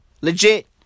Legit